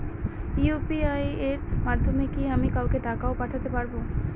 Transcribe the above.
UPI এর মাধ্যমে কি আমি কাউকে টাকা ও পাঠাতে পারবো?